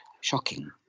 shocking